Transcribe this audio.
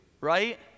Right